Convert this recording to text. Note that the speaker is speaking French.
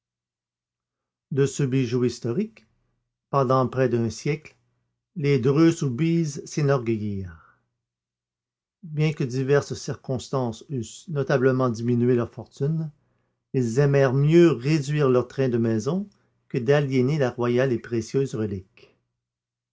de ce bijou historique pendant près d'un siècle les dreux soubise s'enorgueillirent bien que diverses circonstances eussent notablement diminué leur fortune ils aimèrent mieux réduire leur train de maison que d'aliéner la royale et précieuse relique